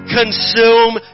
consume